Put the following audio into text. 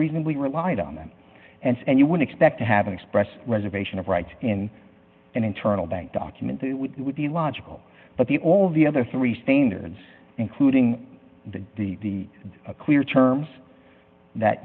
reasonably relied on them and you would expect to have an express reservation of right in an internal bank document that would be logical but the all the other three standards including the the clear terms that